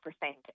percent